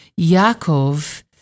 Yaakov